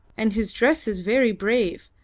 and his dress is very brave.